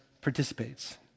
participates